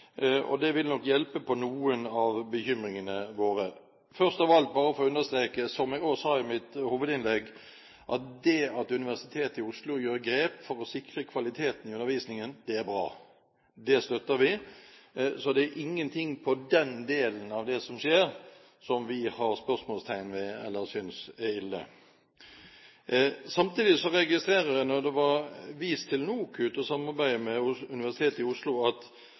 og det vil nok hjelpe på noen av bekymringene våre. Først av alt – bare for å understreke det som jeg også sa i mitt hovedinnlegg – det at Universitetet i Oslo gjør grep for å sikre kvaliteten i undervisningen, er bra. Det støtter vi. Så det er ingenting i den delen av det som skjer, som vi setter spørsmålstegn ved eller synes er ille. Samtidig registrerer jeg, når det ble vist til NOKUT og samarbeidet med Universitetet i Oslo, at